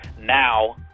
Now